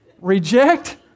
Reject